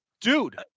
Dude